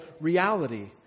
reality